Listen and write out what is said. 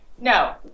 No